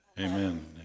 amen